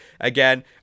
Again